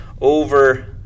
over